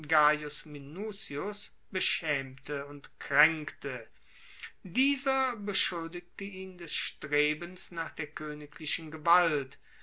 minucius beschaemte und kraenkte dieser beschuldigte ihn des strebens nach der koeniglichen gewalt